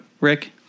Rick